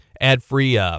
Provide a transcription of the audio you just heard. ad-free